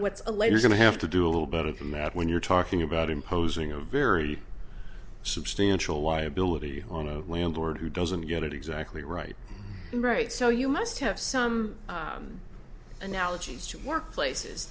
what's a later going to have to do a little better than that when you're talking about imposing a very substantial liability on a landlord who doesn't get it exactly right and right so you must have some analogies to work places